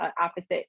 opposite